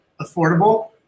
affordable